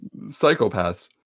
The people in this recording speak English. psychopaths